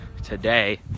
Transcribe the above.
Today